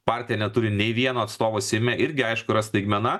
partija neturi nei vieno atstovo seime irgi aišku yra staigmena